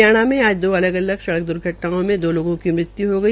हरियाणा में आज दो अलग अलग सड़क द्र्घटनाओं में दो लोगों की मृत्य् हो गई